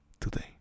today